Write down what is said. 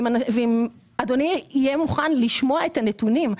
ואם אדוני מוכן לשמוע את הנתונים,